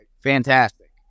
Fantastic